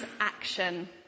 action